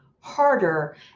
harder